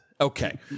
okay